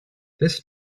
this